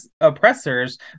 oppressors